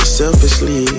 selfishly